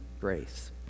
grace